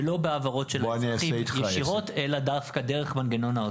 ולא בהעברות ישירות של אזרחים אלא דווקא דרך מנגנון האוצר.